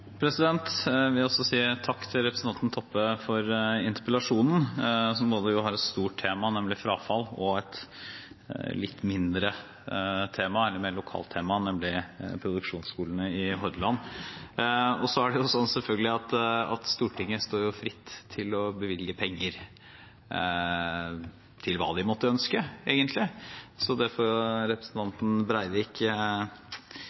Jeg vil også si takk til representanten Toppe for interpellasjonen, som jo både har et stort tema, nemlig frafall, og et litt mindre tema, eller mer lokalt tema, nemlig produksjonsskolene i Hordaland. Så er det selvfølgelig sånn at Stortinget står fritt til å bevilge penger til hva de måtte ønske, egentlig. Det får representanten Breivik følge opp, og så